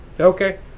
okay